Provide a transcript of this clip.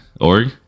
org